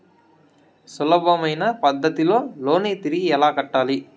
సులభమైన పద్ధతిలో లోను తిరిగి ఎలా కట్టాలి